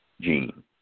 gene